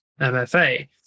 MFA